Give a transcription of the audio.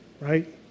Right